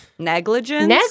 Negligence